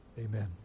Amen